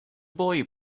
boy